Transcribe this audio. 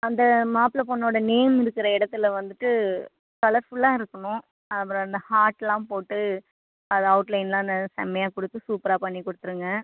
அந்த மாப்பிள பொண்ணோடய நேம் இருக்குற இடத்துல வந்துட்டு கலர் புல்லாக இருக்கணும் அப்புறம் இந்த ஹார்ட்லாம் போட்டு அது அவுட்லைன்லாம் நல்ல செமையாக கொடுத்து சூப்பராக பண்ணிக் கொடுத்துருங்க